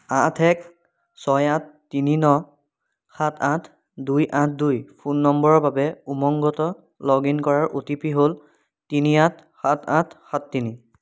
আঠ এক ছয় আঠ তিনি ন সাত আঠ দুই আঠ দুই ফোন নম্বৰৰ বাবে উমংগত লগ ইন কৰাৰ অ' টি পি হ'ল তিনি আঠ সাত আঠ সাত তিনি